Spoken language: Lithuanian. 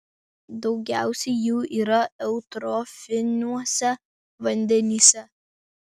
daugiausiai jų yra eutrofiniuose vandenyse